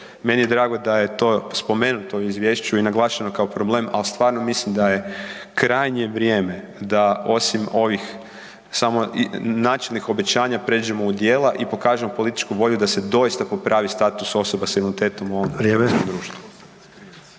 meni je drago da je to spomenuto u izvješću i naglašeno kao problem, ali stvarno mislim da je krajnje vrijeme da osim ovih načelnih obećanja pređemo u djela i pokažemo političku volju da se doista popravi status osoba s invaliditetom u ovom